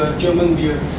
german beer,